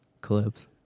clips